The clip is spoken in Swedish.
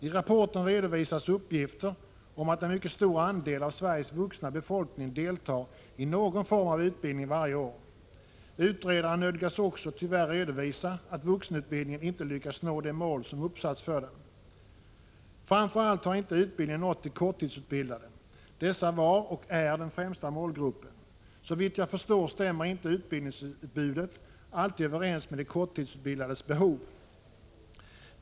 I rapporten redovisas uppgifter om att en mycket stor andel av Sveriges vuxna befolkning deltar i någon form av utbildning varje år. Utredaren nödgas också tyvärr redovisa att vuxenutbildningen inte lyckats nå de mål som uppsatts för den. Framför allt har utbildningen inte nått de korttidsutbildade. Dessa var och är den främsta målgruppen. Såvitt jag förstår stämmer inte utbildningsutbudet alltid överens med de korttidsutbildades behov.